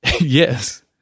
Yes